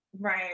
right